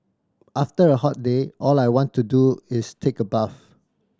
after a hot day all I want to do is take a bath